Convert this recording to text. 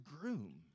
groom